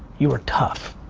you were tough,